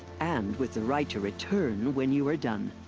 and with the right to return, when you are done.